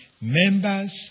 members